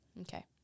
Okay